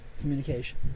communication